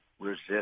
resist